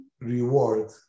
reward